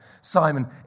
Simon